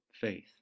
faith